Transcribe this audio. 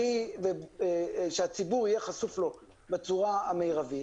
שהציבור יהיה חשוף לו בצורה המרבית.